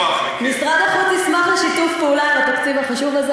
משרד החוץ ישמח לשיתוף פעולה עם התקציב החשוב הזה.